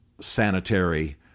sanitary